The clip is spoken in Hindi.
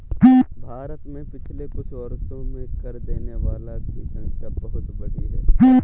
भारत में पिछले कुछ वर्षों में कर देने वालों की संख्या बहुत बढ़ी है